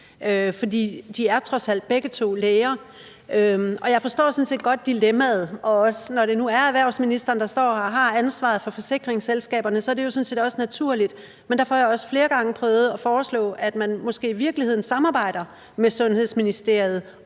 de er trods alt begge to læger, og jeg forstår sådan set godt dilemmaet, og når det nu også er erhvervsministeren, der står og har ansvaret for forsikringsselskaberne, så er det jo også naturligt. Men derfor har jeg også flere gange prøvet at foreslå, at man måske i virkeligheden samarbejder med Sundhedsministeriet